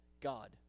God